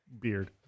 beard